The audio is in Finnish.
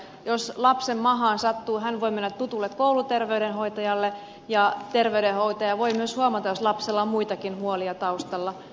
jos lapsen mahaan sattuu hän voi mennä tutulle kouluterveydenhoitajalle ja terveydenhoitaja voi myös huomata jos lapsella on muitakin huolia taustalla